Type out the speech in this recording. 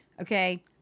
Okay